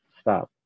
stop